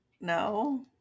no